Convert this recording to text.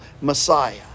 messiah